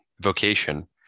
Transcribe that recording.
vocation